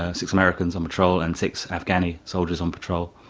ah six americans on patrol and six afghani soldiers on patrol,